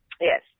Yes